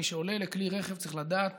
מי שעולה לכלי רכב צריך לדעת